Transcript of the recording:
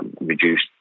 reduced